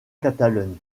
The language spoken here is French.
catalogne